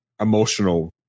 emotional